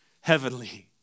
heavenly